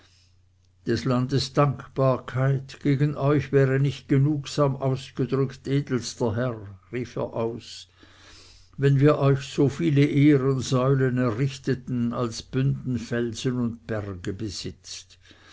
des landes dankbarkeit gegen euch wäre nicht genugsam ausgedrückt edelster herr rief er aus wenn wir euch so viele ehrensäulen errichteten als bünden felsen und berge